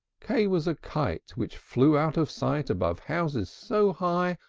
k was a kite which flew out of sight, above houses so high,